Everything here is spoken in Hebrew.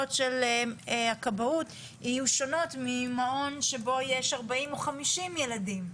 של הכבאות יהיו שונות ממעון שבו יש 40 או 50 ילדים.